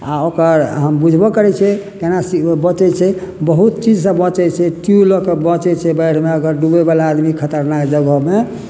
आ ओकर हम बुझबऽ करै छियै केना से बचै छै बहुत चीजसँ बाँचै छै ट्यूब लऽ कऽ बाँचै छै बाढ़िमे अगर डुबै बला आदमी खतरनाक जगहमे